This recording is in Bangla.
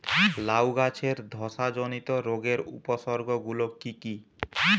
লাউ গাছের ধসা জনিত রোগের উপসর্গ গুলো কি কি?